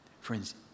Friends